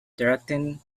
directing